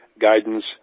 guidance